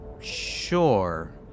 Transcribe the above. sure